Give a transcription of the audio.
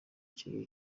kigo